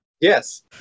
Yes